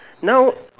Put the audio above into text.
now